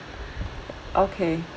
okay